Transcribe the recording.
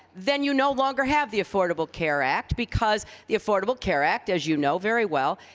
then you no longer have the affordable care act, because the affordable care act, as you know very well,